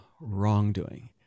wrongdoing